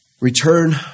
Return